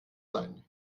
sein